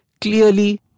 Clearly